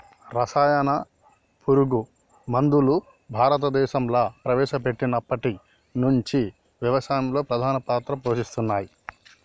రసాయన పురుగు మందులు భారతదేశంలా ప్రవేశపెట్టినప్పటి నుంచి వ్యవసాయంలో ప్రధాన పాత్ర పోషించినయ్